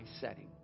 setting